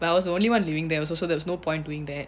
but I was the only one living there so there was no point doing that